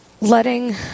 letting